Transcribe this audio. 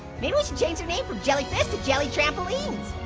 maybe we should change their name from jellyfish to jelly-trampolines.